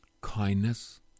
kindness